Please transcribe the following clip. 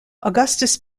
augustus